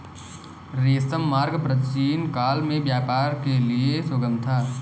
रेशम मार्ग प्राचीनकाल में व्यापार के लिए सुगम था